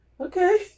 Okay